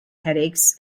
headaches